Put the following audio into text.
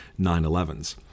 911s